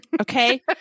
Okay